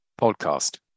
podcast